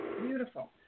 Beautiful